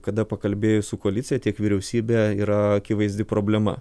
kada pakalbėjus su koalicija tiek vyriausybė yra akivaizdi problema